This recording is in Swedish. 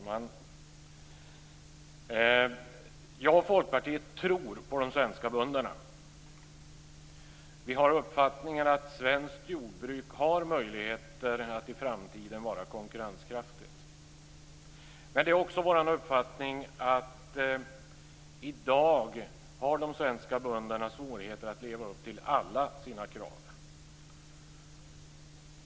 Fru talman! Jag och Folkpartiet tror på de svenska bönderna. Vi har uppfattningen att svenskt jordbruk har möjligheter att i framtiden vara konkurrenskraftigt. Men det är också vår uppfattning att de svenska bönderna i dag har svårigheter att leva upp till alla sina krav.